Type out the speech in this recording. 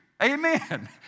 amen